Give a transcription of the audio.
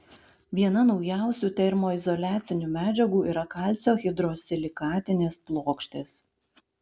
viena naujausių termoizoliacinių medžiagų yra kalcio hidrosilikatinės plokštės